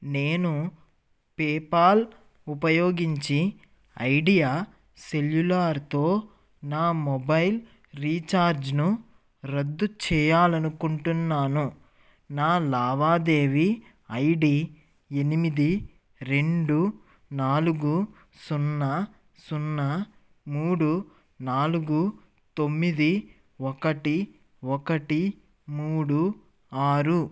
నేను పేపాల్ ఉపయోగించి ఐడియా సెల్యులార్తో నా మొబైల్ రీఛార్జ్ను రద్దు చేయాలి అనుకుంటున్నాను నా లావాదేవీ ఐడి ఎనిమిది రెండు నాలుగు సున్నా సున్నా మూడు నాలుగు తొమ్మిది ఒకటి ఒకటి మూడు ఆరు